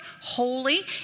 holy